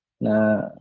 na